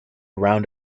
round